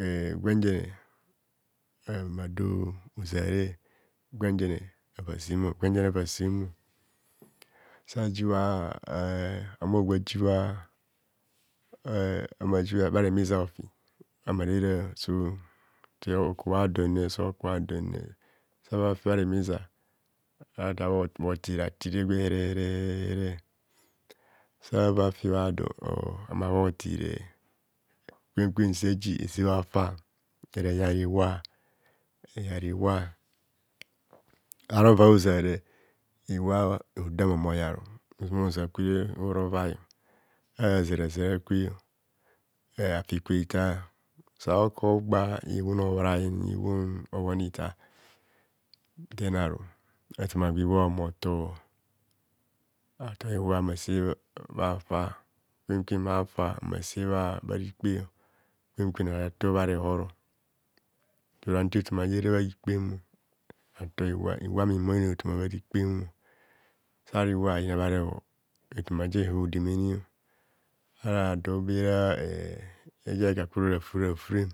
eh gwenjene ah vama dor hozare gwenjene ava sebho gwenjene ava semo sajibha eh eh ahumogwe ajibha eh ahumojo bharemiza ofi amarera so sa okubhadone sokubhadone sava fi bha remiza saratabho bhotiratire gwere here here sava afi bhadon gwe amabho tire, kwen kwen se ji ese bha fa ere yar iwa eyar iwa ara ova ozare iwa odom ohumo a yar ozoma oza kwerere ora ovai aravbha zara zara kwe afi kwe hitar sa oku ogba ihuhun ogborayen ihuhun ogboni tar den ary afama kwe iwa ohumo for. Afore iwa mmase bhafa kwenkwen bhafa mmose bhari kpeo kwen kwen ara tore bhare hor ora nta etomaje era bhari kpem ator iwa, iwa mi humor onor etoma bha rikpe sara iwa ayina bharehor eto maje odemene ara dom bera eh ejaka ra refure refurem